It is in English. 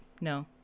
no